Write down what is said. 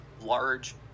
large